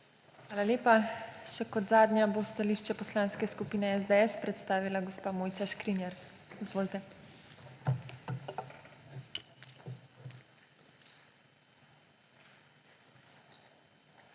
Hvala lepa. Še kot zadnja bo stališče Poslanske skupine SDS predstavila gospa Mojca Škrinjar. Izvolite. MOJCA